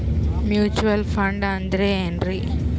Mutual fund ಅಂದ್ರೆನ್ರಿ?